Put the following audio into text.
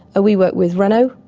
we work with renault,